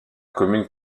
commune